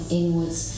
inwards